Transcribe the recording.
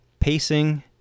pacing